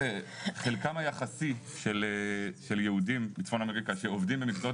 חלקם של יהודים מצפון אמריקה שעובדים במקצועות